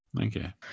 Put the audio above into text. Okay